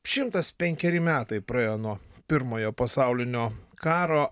šimtas penkeri metai praėjo nuo pirmojo pasaulinio karo